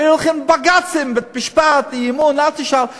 היו הולכים לבג"צים, בית-משפט, אי-אמון, אל תשאל.